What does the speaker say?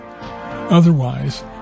Otherwise